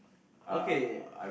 okay